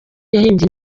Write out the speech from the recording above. yahimbye